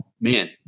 man